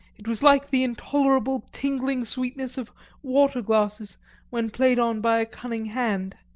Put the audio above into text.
it was like the intolerable, tingling sweetness of water-glasses when played on by a cunning hand.